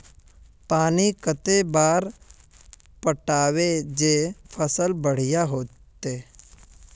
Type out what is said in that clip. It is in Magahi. पानी कते बार पटाबे जे फसल बढ़िया होते?